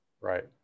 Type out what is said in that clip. Right